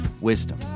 wisdom